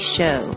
Show